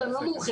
אני לא מומחה.